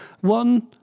One